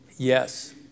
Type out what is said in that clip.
Yes